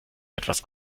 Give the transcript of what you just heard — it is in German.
etwas